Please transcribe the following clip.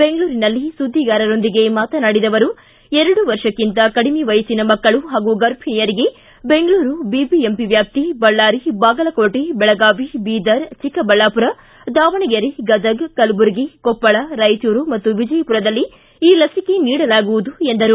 ಬೆಂಗಳೂರಿನಲ್ಲಿ ಸುದ್ದಿಗಾರರೊಂದಿಗೆ ಮಾತನಾಡಿದ ಅವರು ಎರಡು ವರ್ಷಕ್ಕಂತ ಕಡಿಮೆ ವಯಸ್ಸಿನ ಮಕ್ಕಳು ಹಾಗೂ ಗರ್ಭಣಿಯರಿಗೆ ಬೆಂಗಳೂರು ಬಿಬಿಎಂಪಿ ವ್ಯಾಪ್ತಿ ಬಳ್ಳಾರಿ ಬಾಗಲಕೋಟೆ ಬೆಳಗಾವಿ ಬೀದರ್ ಚಿಕ್ಕಬಳ್ಯಾಪುರ ದಾವಣಗೆರೆ ಗದಗ್ ಕಲಬುರ್ಗಿ ಕೊಪ್ಪಳ ರಾಯಚೂರು ಮತ್ತು ವಿಜಯಪುರದಲ್ಲಿ ಈ ಲಭಿಕೆ ನೀಡಲಾಗುವುದು ಎಂದರು